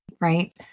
right